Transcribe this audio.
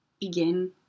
begin